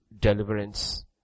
deliverance